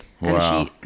Wow